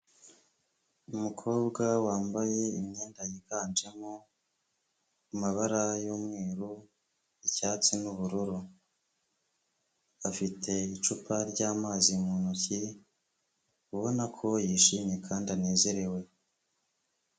Umukobwa wambaye imyenda yiganjemo amabara y'umweru, icyatsi n'ubururu, afite icupa ry'amazi mu ntoki, ubona ko yishimye kandi anezerewe.